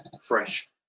fresh